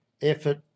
effort